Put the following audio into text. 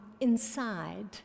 inside